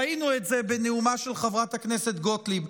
ראינו את זה בנאומה של חברת הכנסת גוטליב,